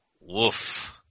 Woof